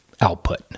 output